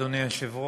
בעד, 26,